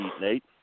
Nate